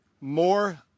more